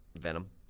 Venom